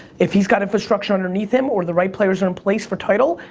if he's got infrastructure underneath him, or the right players are in place for tidal,